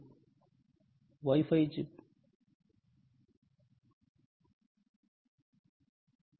Glossary English word Word Meaning Calibrate calibrate క్రమాంకనం Power quality power quality శక్తి నాణ్యత void Wi Fi void wi fi శూన్యమైన wi ఫై